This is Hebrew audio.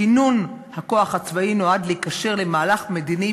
כינון הכוח הצבאי נועד להיקשר למהלך מדיני